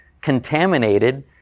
contaminated